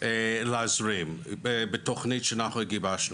להזרים בתוך תוכנית שאנחנו גיבשנו,